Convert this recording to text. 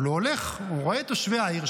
אבל הוא הולך ורואה את תושבי העיר,